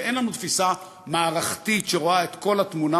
שאין לנו תפיסה מערכתית שרואה את כל התמונה